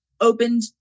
opened